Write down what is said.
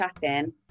chatting